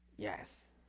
Yes